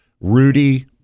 Rudy